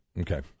Okay